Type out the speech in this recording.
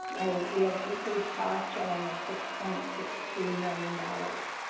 so we have increased costs showing of six point six two million dollars,